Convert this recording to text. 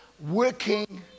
working